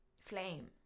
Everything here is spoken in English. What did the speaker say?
Flame